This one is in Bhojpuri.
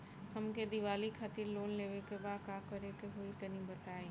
हमके दीवाली खातिर लोन लेवे के बा का करे के होई तनि बताई?